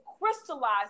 crystallize